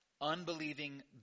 unbelieving